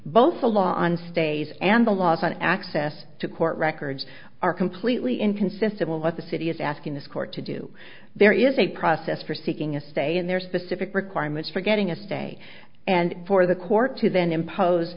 both a law on stays and a loss on access to court records are completely inconsistent with what the city is asking this court to do there is a process for seeking a say in their specific requirements for getting a say and for the court to then impose